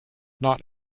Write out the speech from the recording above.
not